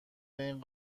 این